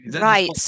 Right